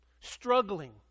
Struggling